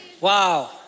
Wow